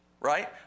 Right